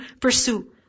pursue